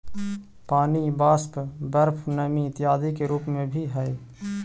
पानी वाष्प, बर्फ नमी इत्यादि के रूप में भी हई